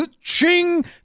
ching